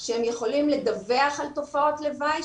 שהם יכולים לדווח על תופעות לוואי,